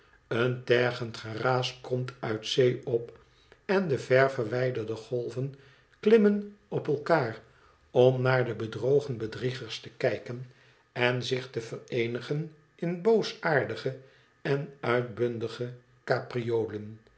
en tergend geraas komt uit zee op en de ver verwijderde golven klimmen op elkaar om naar de bedrogen bedriegers te kijken en zich te ver eenigen in boosaardige en uitbundige